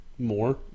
More